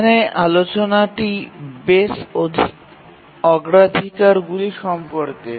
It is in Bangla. এখানে আলোচনাটি বেস অগ্রাধিকারগুলি সম্পর্কে